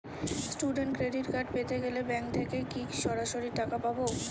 Student credit card পেতে গেলে bank থেকে কি সরাসরি টাকা পাবো?